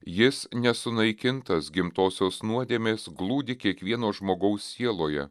jis nesunaikintas gimtosios nuodėmės glūdi kiekvieno žmogaus sieloje